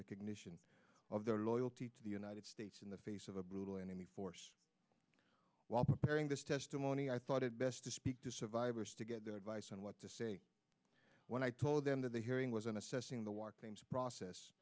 recognition of their loyalty to the united states in the face of a brutal enemy force while preparing this testimony i thought it best to speak to survivors to get their advice on what to say when i told them that the hearing was an assessing the war claims process